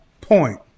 point